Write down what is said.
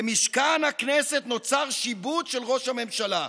במשכן הכנסת נוצר שיבוט של ראש הממשלה.